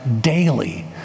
daily